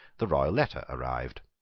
the royal letter arrived.